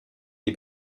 die